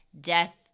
death